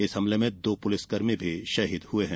इस हमले में दो पुलिसकर्मी भी शहीद हुए हैं